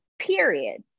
Period